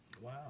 Wow